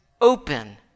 open